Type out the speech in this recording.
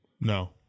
No